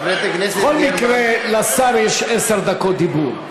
בכל מקרה לשר יש עשר דקות דיבור.